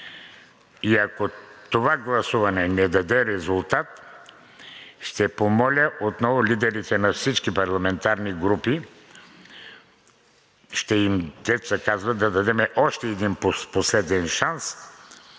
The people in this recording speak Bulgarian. и ако това гласуване не даде резултат, ще помоля отново лидерите на всички парламентарни групи, както се казва, да дадем още един последен шанс,